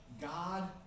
God